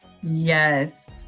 Yes